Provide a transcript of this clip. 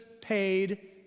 paid